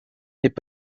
n’est